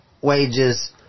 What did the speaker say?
wages